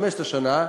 15 שנה,